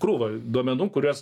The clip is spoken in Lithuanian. krūva duomenų kuriuos